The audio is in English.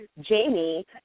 Jamie